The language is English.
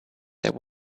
there